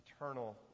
eternal